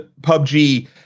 PUBG